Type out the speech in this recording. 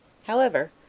however,